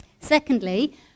Secondly